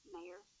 Mayor